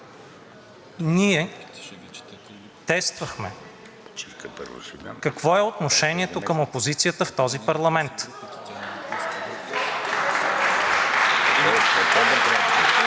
ние тествахме какво е отношението към опозицията в този парламент.